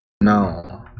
no